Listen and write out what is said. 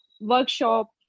workshop